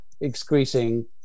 excreting